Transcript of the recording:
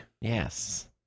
Yes